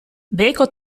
beheko